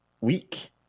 week